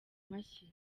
mashyi